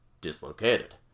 dislocated